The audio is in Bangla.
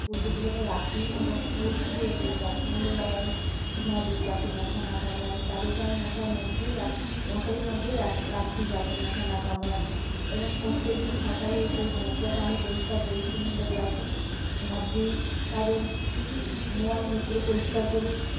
পশুগুলোকে রাখি এবং পশুদেরগুলোকে আমি সন্ধেবেলায় ধোঁয়া দিই যাতে মশা না কামড়াই তাদেরকে আমি মশার মধ্যে রা মশারির মধ্যেই রা রাখি যাতে মশা না কামড়াই এবং প্রত্যেকদিন সকালে সেই ঘরটাকে আমি পরিষ্কার পরিচ্ছন্ন করে রাখি ঝাঁট দিই তাদের মলমূত্র পরিষ্কার করি